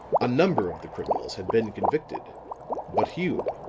a number of the criminals had been convicted but hume,